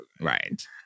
Right